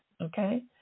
Okay